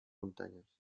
muntanyes